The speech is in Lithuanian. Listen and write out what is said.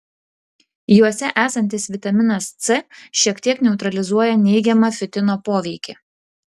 juose esantis vitaminas c šiek tiek neutralizuoja neigiamą fitino poveikį